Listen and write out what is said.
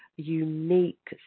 unique